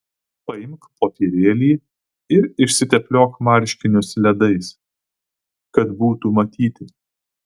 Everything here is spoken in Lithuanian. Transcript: paimk popierėlį ir išsitepliok marškinius ledais kad būtų matyti